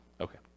Okay